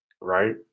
right